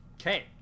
Okay